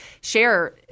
share